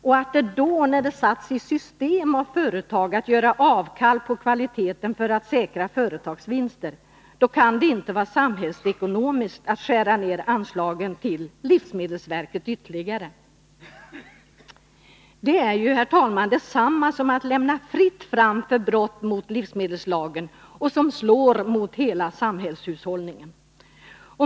När det då satts i system av företag att göra avkall på kvaliteten för att säkra företagens vinster, då kan det inte vara samhällsekonomiskt att skära ned anslagen till livsmedelsverket ytterligare. Det är ju, herr talman, detsamma som att lämna fritt fram för brott mot livsmedelslagen, vilket slår mot hela samhällshushållningen.